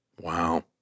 Wow